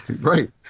right